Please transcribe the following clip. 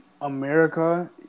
America